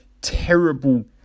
terrible